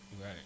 Right